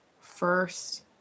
first